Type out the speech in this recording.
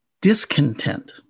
discontent